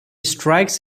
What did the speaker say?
strikes